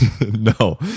no